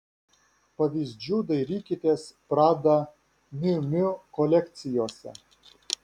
pavyzdžių dairykitės prada miu miu kolekcijose